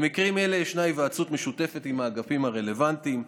במקרים אלה ישנה היוועצות משותפת עם האגפים הרלוונטיים: